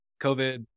COVID